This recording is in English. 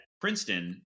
Princeton